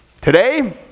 today